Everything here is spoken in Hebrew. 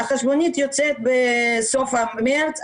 החשבונית יוצאת בסוף מרץ,